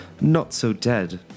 not-so-dead